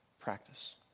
Practice